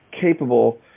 capable